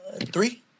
Three